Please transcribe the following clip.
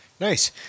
Nice